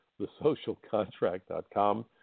TheSocialContract.com